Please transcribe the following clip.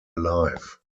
alive